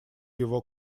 его